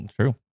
True